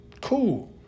cool